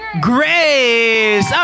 grace